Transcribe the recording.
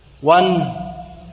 One